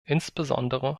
insbesondere